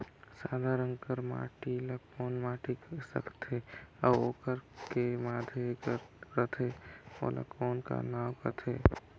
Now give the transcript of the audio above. सादा रंग कर माटी ला कौन माटी सकथे अउ ओकर के माधे कर रथे ओला कौन का नाव काथे?